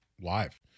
live